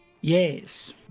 Yes